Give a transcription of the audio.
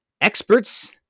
experts